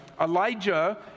Elijah